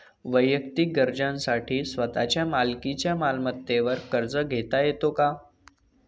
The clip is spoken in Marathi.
वैयक्तिक गरजांसाठी स्वतःच्या मालकीच्या मालमत्तेवर कर्ज घेता येतो का?